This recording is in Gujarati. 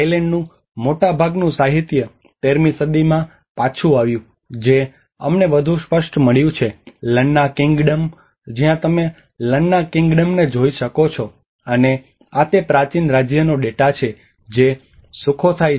થાઇલેન્ડનું મોટાભાગનું સાહિત્ય 13 મી સદીમાં પાછું આવ્યું છે જે અમને વધુ સ્પષ્ટ મળ્યું છે કે લન્ના કિંગડમ જ્યાં તમે લન્ના કિંગડમને જોઈ શકો છો અને આ તે પ્રાચીન રાજ્યનો ડેટા છે જે સુખોથાઇ છે